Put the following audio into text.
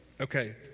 okay